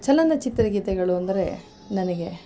ಚಲನಚಿತ್ರ ಗೀತೆಗಳು ಅಂದರೆ ನನಗೆ